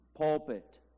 pulpit